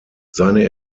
seine